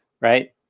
right